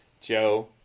Joe